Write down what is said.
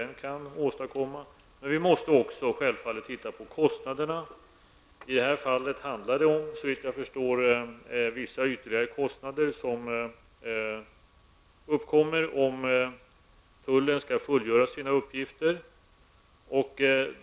Men vi måste också se på kostnaderna. I det här fallet handlar det, såvitt jag förstår, om vissa ytterligare kostnader som uppkommer om tullen skall fullgöra sina uppgifter.